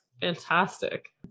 fantastic